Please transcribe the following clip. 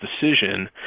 decision